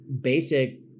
basic